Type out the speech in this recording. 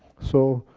so,